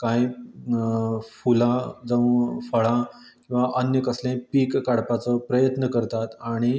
कांय फुलां जावं फळां किंवां अन्य कसलेंय पीक काडपाचो प्रयत्न करतात आनी